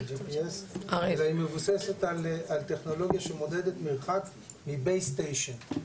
JPS והיא מבוססת על טכנולוגיה שמודדת מרחק מבייס סטיישיין,